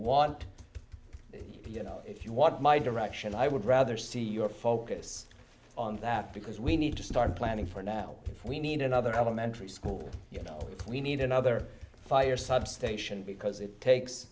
want you know if you want my direction i would rather see your focus on that because we need to start planning for now if we need another elementary school you know clean need another fire substation because it takes